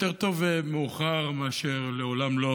יותר טוב מאוחר מאשר לעולם לא,